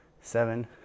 seven